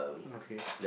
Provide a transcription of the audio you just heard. okay